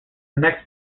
next